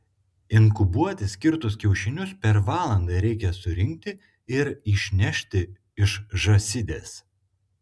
inkubuoti skirtus kiaušinius per valandą reikia surinkti ir išnešti iš žąsidės